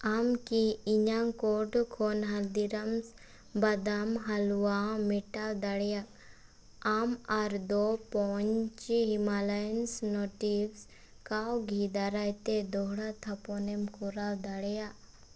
ᱟᱢᱠᱤ ᱤᱧᱟᱝ ᱠᱳᱨᱴ ᱠᱷᱚᱱᱟᱝ ᱦᱚᱞᱫᱤᱨᱟᱢᱥ ᱵᱟᱫᱟᱢ ᱦᱟᱞᱩᱣᱟ ᱢᱮᱴᱟᱣ ᱫᱟᱲᱮᱭᱟᱜ ᱟᱢ ᱟᱨ ᱫᱳ ᱯᱚᱧᱪᱤ ᱦᱤᱢᱟᱞᱚᱭᱮᱱᱥ ᱱᱚᱴᱤᱵᱽᱥ ᱠᱟᱣ ᱜᱷᱤ ᱫᱟᱨᱟᱭᱛᱮ ᱫᱚᱦᱲᱟ ᱛᱷᱟᱯᱚᱱᱮᱢ ᱠᱚᱨᱟᱣ ᱫᱟᱲᱮᱭᱟᱜ